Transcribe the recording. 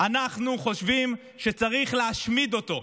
אנחנו חושבים שצריך להשמיד אותו,